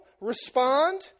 respond